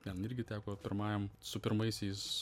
ten irgi teko pirmajam su pirmaisiais